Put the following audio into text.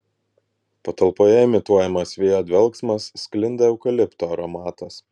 patalpoje imituojamas vėjo dvelksmas sklinda eukalipto aromatas